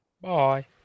Bye